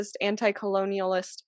anti-colonialist